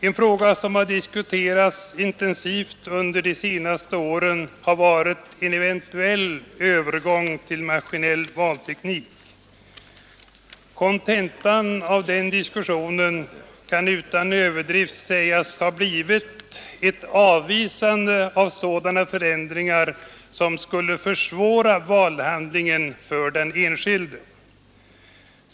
Under de senaste åren har man intensivt diskuterat frågan om en eventuell övergång till maskinell valteknik. Kontentan av den diskussionen kan utan överdrift s som skulle försvåra valhandlingen för den enskilde.